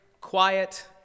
quiet